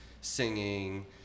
singing